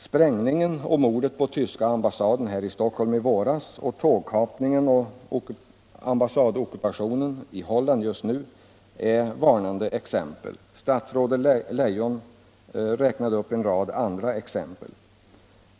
Sprängningen och morden på tyska ambassaden här i Stockholm i våras samt tågkapningen och ambassadockupationen i Holland just nu är varnande exempel. Statsrådet Leijon räknade upp en rad andra exempel.